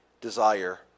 desire